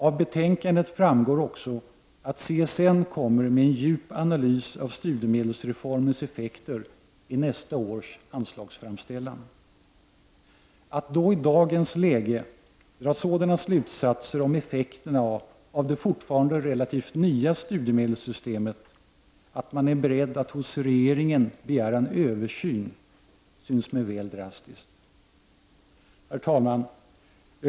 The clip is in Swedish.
Av betänkandet framgår också att CSN kommer att lämna en djup analys av studiemedelsreformens effekter i nästa års anslagsframställan. Att då i dagens läge dra sådana slutsatser om effekterna av det fortfarande relativt nya studiemedelssystemet att man är beredd att hos regeringen begära en översyn synes mig väl drastiskt. Herr talman!